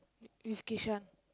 with Kishan